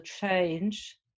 change